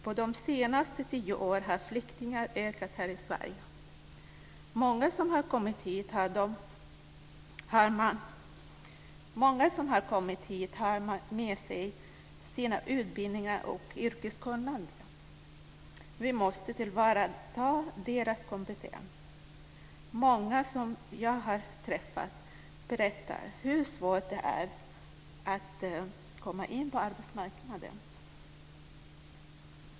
På de senaste tio åren har antalet flyktingar ökat här i Sverige. Många som har kommit hit har med sig sina utbildningar och sitt yrkeskunnande. Vi måste tillvarata deras kompetens. Många som jag har träffat berättar hur svårt det är att komma in på arbetsmarknaden.